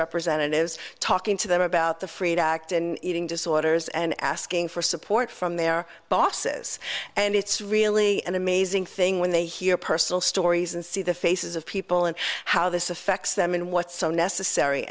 representatives talking to them about the freedom act and eating disorders and asking for support from their bosses and it's really an amazing thing when they hear personal stories and see the faces of people and how this affects them and what's so necessary